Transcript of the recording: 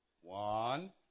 one